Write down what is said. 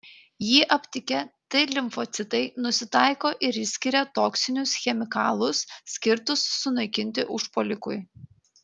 jį aptikę t limfocitai nusitaiko ir išskiria toksinius chemikalus skirtus sunaikinti užpuolikui